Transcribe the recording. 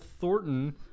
Thornton